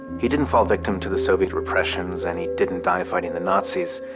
he didn't fall victim to the soviet repressions, and he didn't die fighting the nazis.